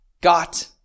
got